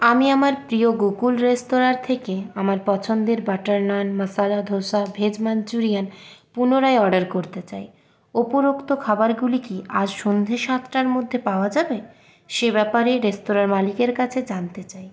আমি আমার প্রিয় গোকুল রেস্তোরাঁর থেকে আমার পছন্দের butter naan masala dosa veg Manchurian পুনরায় অর্ডার করতে চাই উপরোক্ত খাবারগুলি কি আজ সন্ধ্যে সাতটার মধ্যে পাওয়া যাবে সে ব্যাপারে রেস্তোরাঁর মালিকের কাছে জানতে চাই